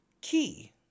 key